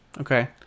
Okay